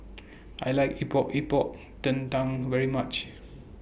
I like Epok Epok Kentang very much